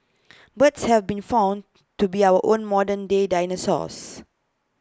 birds have been found to be our own modern day dinosaurs